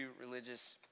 religious